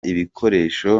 ibikoresho